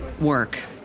work